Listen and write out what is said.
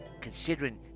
considering